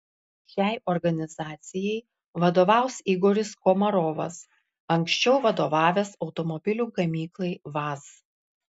šiai organizacijai vadovaus igoris komarovas anksčiau vadovavęs automobilių gamyklai vaz